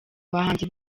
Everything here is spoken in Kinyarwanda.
bahanzi